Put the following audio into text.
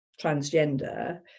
transgender